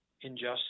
injustice